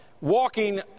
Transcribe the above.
walking